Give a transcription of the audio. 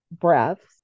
breaths